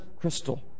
crystal